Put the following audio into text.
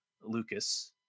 lucas